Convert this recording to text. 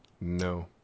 No